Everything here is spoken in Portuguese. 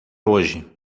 hoje